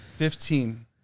Fifteen